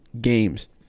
games